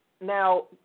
now